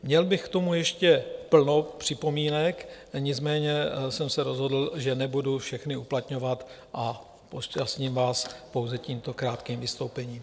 Měl bych k tomu ještě plno připomínek, nicméně jsem se rozhodl, že nebudu všechny uplatňovat, a obšťastním vás pouze tímto krátkým vystoupením.